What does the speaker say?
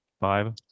Five